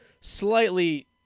slightly